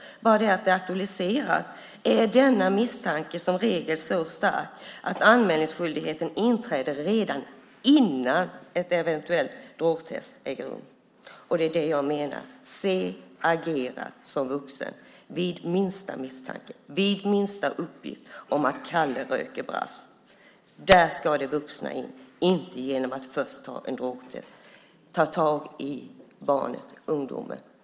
Enbart att frågan aktualiseras innebär att denna misstanke som regel är så stark att anmälningsskyldigheten inträder redan innan ett eventuellt drogtest äger rum. Det är vad jag menar. Det handlar om att se och agera som vuxen vid minsta misstanke och uppgift om att Kalle röker brass. Där ska de vuxna in. Det ska inte ske genom att först ta ett drogtest. Det gäller att ta tag i barnet, i ungdomen.